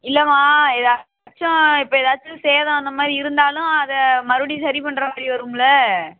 இல்லைமா ஏதாச்சும் இப்போ ஏதாச்சும் சேதம் அந்தமாதிரி இருந்தாலும் அதை மறுபடியும் சரி பண்ணுற மாதிரி வரும்ல